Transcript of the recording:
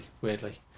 weirdly